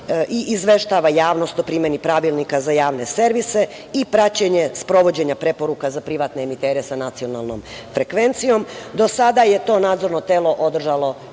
i izveštava javnost o primeni Pravilnika za javne servise i praćenje sprovođenja preporuka za privatne emitere sa nacionalnom frekvencijom. Do sada je to Nadzorno telo održalo